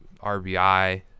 RBI